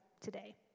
today